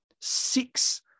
six